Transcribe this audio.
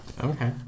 Okay